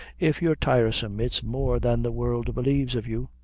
if you're timersome, it's more than the world b'lieves of you.